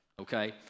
okay